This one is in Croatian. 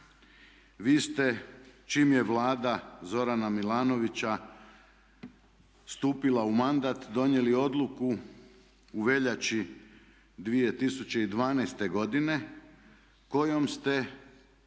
Vi ste čim je Vlada Zorana Milanovića stupila u mandat donijeli odluku u veljači 2012.godine kojom ste